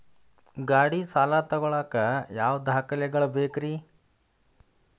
ಗಾಡಿ ಸಾಲ ತಗೋಳಾಕ ಯಾವ ದಾಖಲೆಗಳ ಬೇಕ್ರಿ?